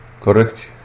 Correct